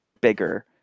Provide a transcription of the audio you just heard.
bigger